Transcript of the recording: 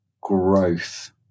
growth